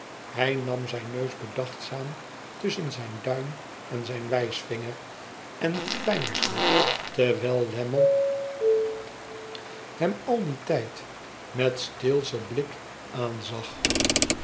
hij nam zijn neus bedachtzaam tusschen zijn duim en zijn wijsvinger en peinsde terwijl lammie hem al dien tijd met steelschen buk aanzag